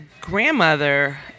grandmother